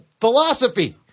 philosophy